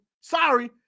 Sorry